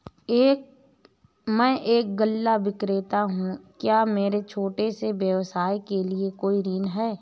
मैं एक गल्ला विक्रेता हूँ क्या मेरे छोटे से व्यवसाय के लिए कोई ऋण है?